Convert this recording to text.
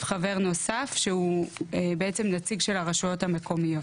חבר נוסף שהוא נציג של הרשויות המקומיות